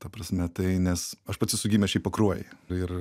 ta prasme tai nes aš pats esu gimęs šiaip pakruojyje ir